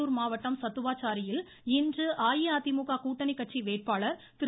வேலூர் மாவட்டம் சத்துவாச்சாரியில் இன்று அஇஅதிமுக கூட்டணி கட்சி வேட்பாளர் திரு